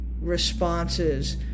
responses